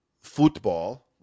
football